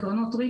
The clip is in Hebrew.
לקרנות ריט,